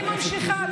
תכף, אני ממשיכה.